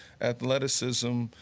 athleticism